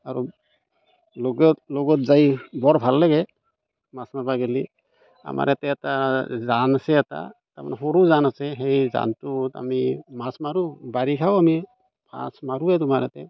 আৰু লগত লগত যাই বৰ ভাল লাগে মাছ মাৰিব গ'লে আমাৰ ইয়াতে এটা জান আছে এটা তাৰমানে সৰু জান আছে সেই জানটোত আমি মাছ মাৰোঁ বাৰিষাও আমি মাছ মাৰোঁৱেই